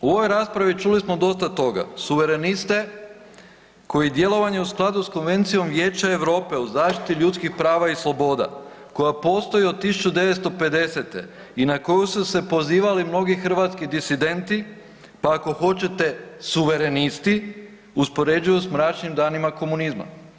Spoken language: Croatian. U ovoj raspravi čuli smo dosta toga, suvereniste koji djelovanje u skladu s Konvencijom Vijeća Europe o zaštiti ljudskih prava i sloboda koja postoji od 1950.i na koju su se pozivali mnogi hrvatski disidenti, pa ako hoćete suverenisti uspoređuju s mračnim danima suverenizma.